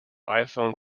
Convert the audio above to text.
iphone